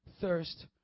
thirst